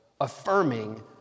affirming